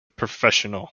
professional